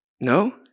No